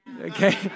okay